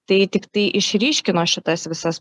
tai tiktai išryškino šitas visas